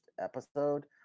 episode